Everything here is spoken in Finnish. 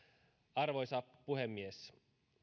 arvoisa puhemies